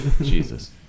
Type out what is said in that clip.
Jesus